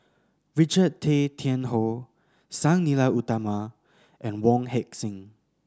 Richard Tay Tian Hoe Sang Nila Utama and Wong Heck Sing